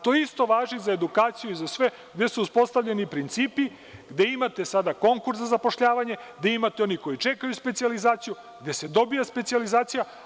To isto važi i za edukaciju i za sve gde su uspostavljeni principi, gde imate sada konkurs za zapošljavanje, gde imate one koji čekaju specijalizaciju, gde se dobija specijalizacija.